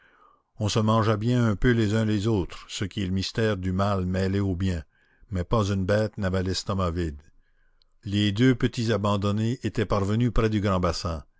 on se mangeait bien un peu les uns les autres ce qui est le mystère du mal mêlé au bien mais pas une bête n'avait l'estomac vide les deux petits abandonnés étaient parvenus près du grand bassin